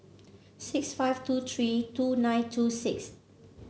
six five two three two nine two six